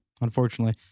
Unfortunately